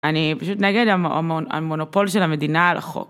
אני פשוט נגד המונופול של המדינה על החוק.